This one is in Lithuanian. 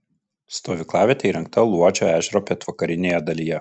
stovyklavietė įrengta luodžio ežero pietvakarinėje dalyje